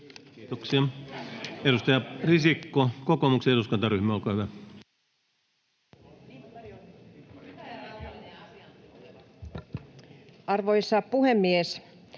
Kiitoksia. — Edustaja Risikko, kokoomuksen eduskuntaryhmä, olkaa hyvä. [Speech